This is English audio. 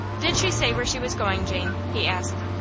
did she say where she was going, jane? he asked.